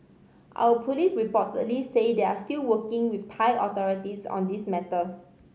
our police reportedly say they are still working with Thai authorities on this matter